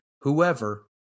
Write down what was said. whoever